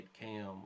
CAM